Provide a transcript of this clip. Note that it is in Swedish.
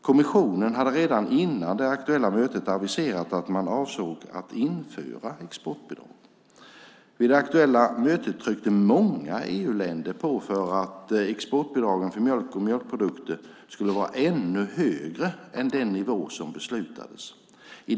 Kommissionen hade redan innan det aktuella mötet aviserat att man avsåg att införa exportbidrag. Vid det aktuella mötet tryckte många EU-länder på för att exportbidragen för mjölk och mjölkprodukter skulle vara ännu högre än den nivå som beslutades om.